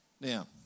Now